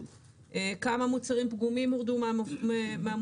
כמה מוצרים פגומים הורדו מהמדפים,